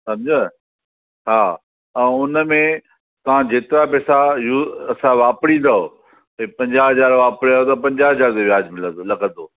सम्झव हा ऐं हुनमें तव्हां जेतिरा पेसा असां वापरींदव ते पंजाहु हज़ार वापरियो त पंजाहु हज़ार ते वियाजु मिलंदो लॻंदो